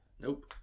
Nope